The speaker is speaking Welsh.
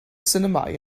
sinemâu